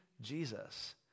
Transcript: Jesus